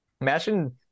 Imagine